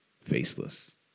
faceless